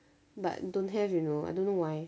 but don't have you know I don't know why